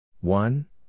one